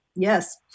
Yes